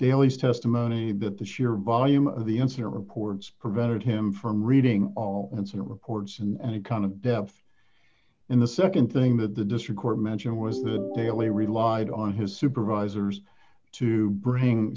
daley's testimony but the sheer volume of the incident reports prevented him from reading all incident reports and the kind of depth in the nd thing that the district court mentioned was the daily relied on his supervisors to bring